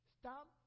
Stop